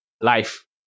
life